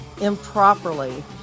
improperly